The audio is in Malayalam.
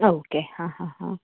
ആ ഓക്കെ ഹ ഹ ഹ